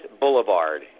Boulevard